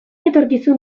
etorkizun